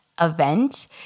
event